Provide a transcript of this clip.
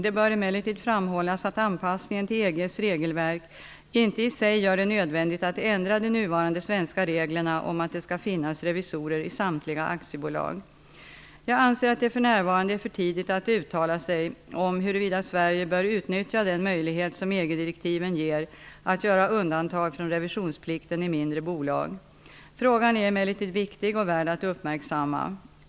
Det bör emellertid framhållas att anpassningen till EG:s regelverk inte i sig gör det nödvändigt att ändra de nuvarande svenska reglerna om att det skall finnas revisorer i samtliga aktiebolag. Jag anser att det för närvarande är för tidigt att uttala sig om huruvida Sverige bör utnyttja den möjlighet som EG-direktiven ger att göra undantag från revisionsplikten i mindre bolag. Frågan är emellertid viktig och värd att uppmärksamma.